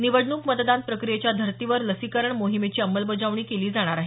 निवडणूक मतदान प्रक्रियेच्या धर्तीवर लसीकरण मोहीमेची अंमलबजावणी केली जाणार आहे